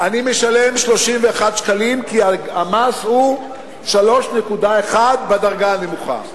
אני משלם 31 שקלים, כי המס הוא 3.1% בדרגה הנמוכה.